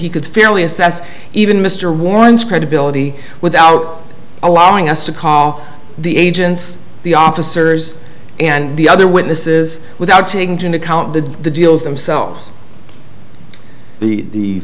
he could fairly assess even mr warren's credibility without allowing us to call the agents the officers and the other witnesses without seeing to account the deals themselves the